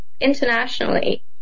Internationally